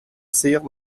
sehr